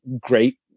great